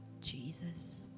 Jesus